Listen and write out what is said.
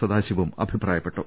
സദാശിവം അഭി പ്രായപ്പെട്ടു